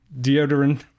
deodorant